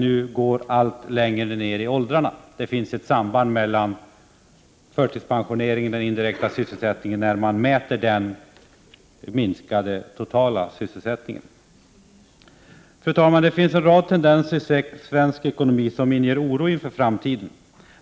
nu går allt längre ner i åldrarna. När man mäter den minskade totala sysselsättningen finner man ett samband mellan förtidspensionering och indirekt sysselsättning. Fru talman! Det finns en rad tendenser i svensk ekonomi som inger oro inför framtiden.